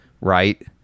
right